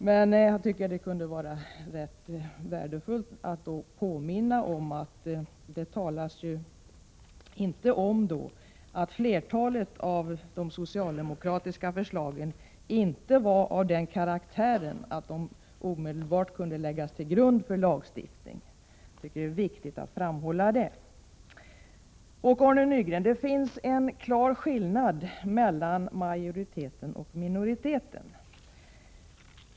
Men jag tycker att det kan vara rätt värdefullt att påminna om att det inte talas om att flertalet av de socialdemokratiska förslagen inte var av den karaktären att de omedelbart kunde läggas till grund för en lagstiftning. Det är viktigt att framhålla den saken. Arne Nygren! Det finns en klar skillnad mellan majoriteten och minoriteten.